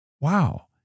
Wow